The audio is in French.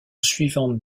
suivante